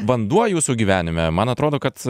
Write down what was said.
vanduo jūsų gyvenime man atrodo kad